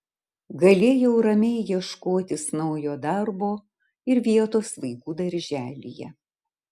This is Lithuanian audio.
galėjau ramiai ieškotis naujo darbo ir vietos vaikų darželyje